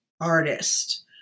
artist